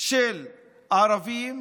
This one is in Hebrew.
של ערבים